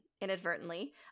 inadvertently